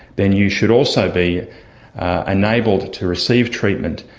then you should also be ah enabled to receive treatment.